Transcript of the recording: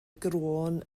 groen